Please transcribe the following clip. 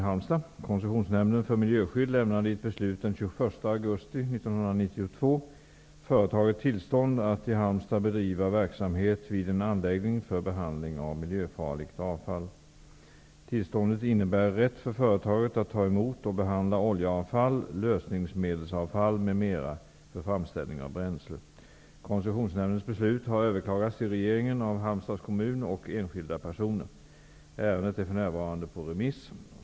Halmstad bedriva verksamhet vid en anläggning för behandling av miljöfarligt avfall. Tillståndet innebär rätt för företaget att ta emot och behandla oljeavfall, lösningsmedelsavfall m.m. för framställning av bränsle. Koncessionsnämndens beslut har överklagats till regeringen av Halmstads kommun och enskilda personer. Ärendet är för närvarande på remiss.